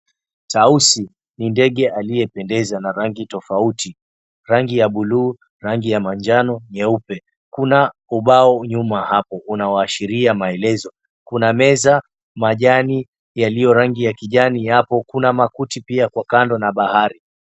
Tausi, ni ndege aliyependeza na rangi tofauti. Rangi ya buluu, rangi ya manjano, nyeupe. Kuna ubao nyuma hapo unaoashiria maelezo. Kuna meza, majani yaliyo rangi ya kijani hapo kuna makuti pia kwa kando na bahari.